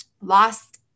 lost